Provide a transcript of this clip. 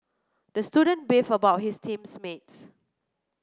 the student beefed about his team mates